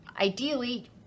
Ideally